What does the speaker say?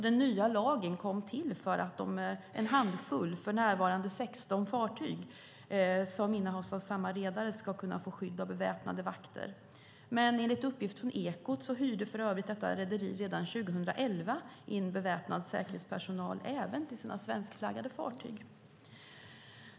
Den nya lagen kom till för att en handfull fartyg, för närvarande 16, som innehas av samma redare ska kunna få skydd av beväpnade vakter. Men enligt uppgift från Ekot hyrde detta rederi redan 2011 in beväpnad säkerhetspersonal även till sina svenskflaggade fartyg.